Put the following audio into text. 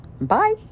Bye